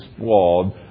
flawed